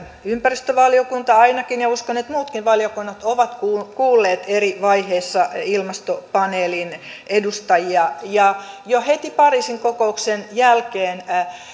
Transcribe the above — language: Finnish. ympäristövaliokunta ainakin ja uskon että muutkin valiokunnat ovat kuulleet kuulleet eri vaiheissa ilmastopaneelin edustajia jo heti pariisin kokouksen jälkeen